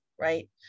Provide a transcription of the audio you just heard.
Right